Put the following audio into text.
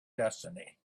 destiny